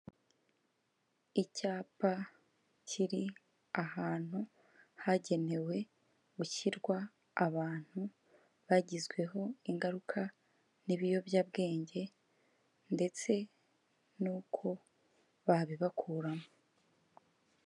Icyapa kiri ahantu hagenewe gushyirwa abantu bagizweho ingaruka n'ibiyobyabwenge, ndetse n'uko babibakuramo.